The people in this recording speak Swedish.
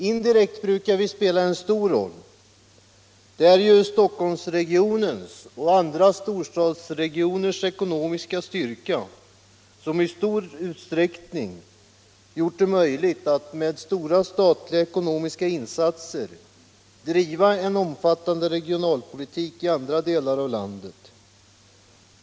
Indirekt spelar vi en viktig roll, eftersom det är Stockholmsregionens och andra storstadsregioners ekonomiska styrka som i betydande utsträckning gjort det möjligt att med stora statliga ekonomiska insatser driva en omfattande regionalpolitik i andra delar av landet.